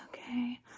okay